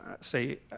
say